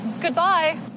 Goodbye